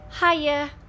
Hiya